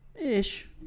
Ish